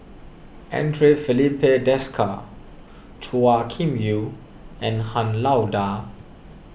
andre Filipe Desker Chua Kim Yeow and Han Lao Da